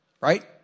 Right